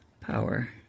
power